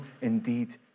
indeed